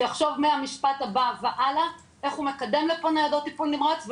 שיחשוב מהמשפט הבא והלאה: איך הוא מקדם לפה ניידות טיפול נמרץ,